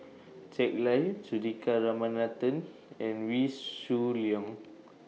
Jack Lai Juthika Ramanathan and Wee Shoo Leong